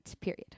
period